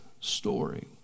story